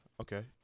Okay